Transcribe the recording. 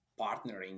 partnering